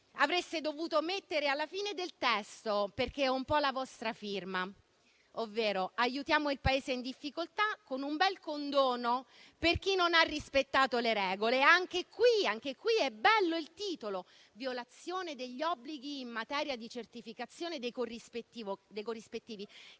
avreste dovuto mettere alla fine del testo, perché è un po' la vostra firma. Aiutiamo il Paese in difficoltà con un bel condono per chi non ha rispettato le regole. Anche qui è bello il titolo: «Violazione degli obblighi in materia di certificazione dei corrispettivi»